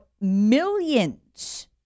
millions